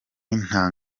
nta